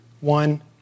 one